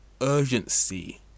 urgency